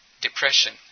Depression